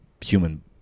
human